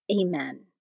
Amen